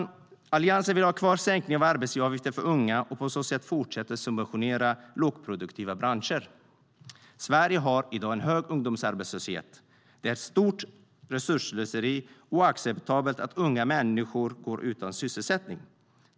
Alliansen vill ha kvar sänkningen av arbetsgivaravgifter för unga och på så sätt fortsätta subventionera lågproduktiva branscher. Sverige har i dag en hög ungdomsarbetslöshet. Det är ett stort resursslöseri och oacceptabelt att unga människor går utan sysselsättning.